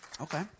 okay